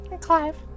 Clive